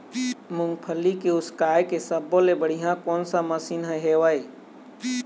मूंगफली के उसकाय के सब्बो ले बढ़िया कोन सा मशीन हेवय?